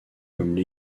comme